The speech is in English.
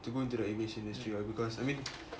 to go into the aviation industry right because I mean